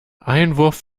einwurf